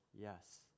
Yes